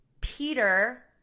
peter